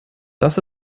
das